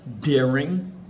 daring